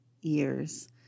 years